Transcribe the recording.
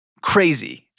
crazy